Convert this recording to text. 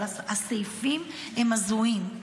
אבל הסעיפים הם הזויים,